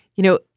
you know,